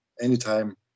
anytime